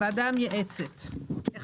את הדיווח שהוועדה המייעצת תבחן